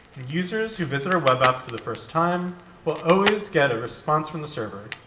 users who visit our website for the first time will always get a response from the server.